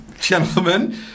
gentlemen